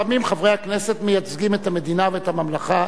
לפעמים חברי הכנסת מייצגים את המדינה ואת הממלכה